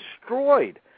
destroyed